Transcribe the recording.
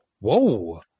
whoa